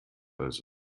also